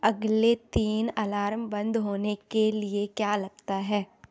अगले तीन अलार्म बंद होने के लिए क्या लगता है